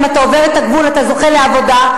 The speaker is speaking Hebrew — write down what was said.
אם אתה עובר את הגבול אתה זוכה לעבודה,